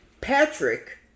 Patrick